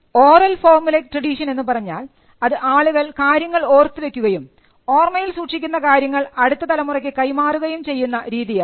oral formulaic tradition എന്നുപറഞ്ഞാൽ അത് ആളുകൾ കാര്യങ്ങൾ ഓർത്തു വെയ്ക്കുകയും ഓർമ്മയിൽ സൂക്ഷിക്കുന്ന കാര്യങ്ങൾ അടുത്ത തലമുറയ്ക്ക് കൈമാറുകയും ചെയ്യുന്ന രീതിയാണ്